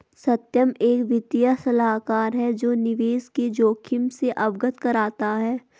सत्यम एक वित्तीय सलाहकार है जो निवेश के जोखिम से अवगत कराता है